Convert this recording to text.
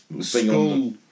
school